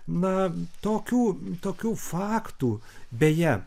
na tokių tokių faktų beje